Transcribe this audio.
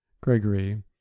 Gregory